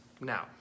Now